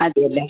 അതെ അല്ലേ